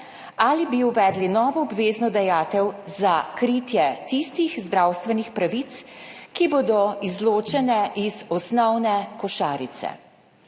ali bi uvedli novo obvezno dajatev za kritje tistih zdravstvenih pravic, ki bodo izločene iz osnovne košarice.